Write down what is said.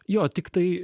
jo tiktai